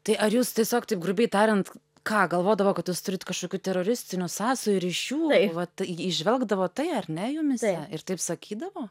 tai ar jūs tiesiog taip grubiai tariant ką galvodavo kad jūs turit kažkokių teroristinių sąsajų ryšių vat įžvelgdavo tai ar ne jumyse ir taip sakydavo